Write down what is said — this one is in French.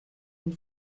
une